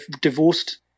divorced